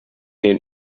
den